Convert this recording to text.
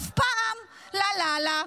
אף פעם / לה לה לה,